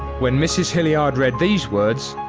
when mrs. hillyard read these words,